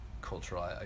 cultural